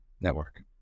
Network